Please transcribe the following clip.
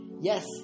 Yes